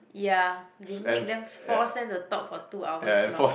ya they make them force them to talk for two hours long